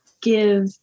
give